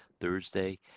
Thursday